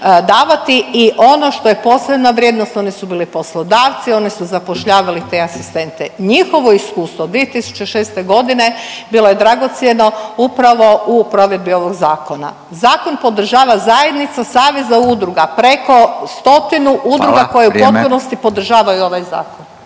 davati i ono što je posebna vrijednost, oni su bili poslodavci, oni su zapošljavali te asistente. Njihovo iskustvo 2006. g. bilo je dragocjeno upravo u provedbi ovog Zakona. Zakon podržava zajednica saveza udruga, preko stotinu udruga …/Upadica: Hvala, vrijeme./… koje u potpunosti podržavaju ovaj zakon.